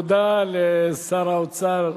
תודה לשר האוצר,